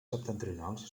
septentrionals